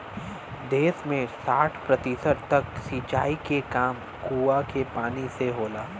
देस में साठ प्रतिशत तक सिंचाई के काम कूंआ के पानी से होला